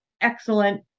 excellent